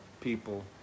people